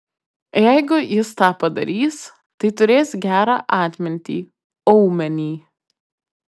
jeigu jis tą padarys tai turės gerą atmintį aumenį